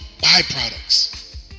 byproducts